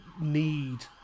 need